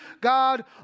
God